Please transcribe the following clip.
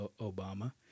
Obama